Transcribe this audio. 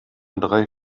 drei